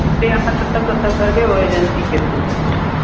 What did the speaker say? से अहाँ जतय कतौ करबै ओ एजेंसी के थ्रू हेतै